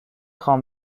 خوام